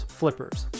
flippers